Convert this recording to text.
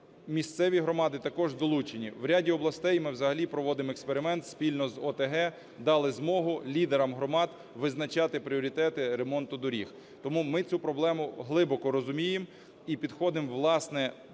місцеві громади також долучені. В ряді областей ми взагалі проводимо експеримент спільно з ОТГ, дали змогу лідерам громад визначати пріоритети ремонту доріг. Тому ми цю проблему глибоко розуміємо і підходимо, власне,